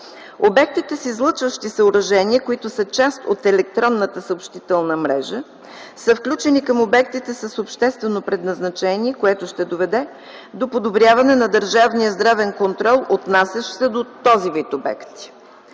Обектите са излъчващи съоръжения, които са част от електронната съобщителна мрежа и са включени към обектите с обществено предназначение, което ще доведе до подобряване на държавния здравен контрол, отнасящ се до този вид обекти.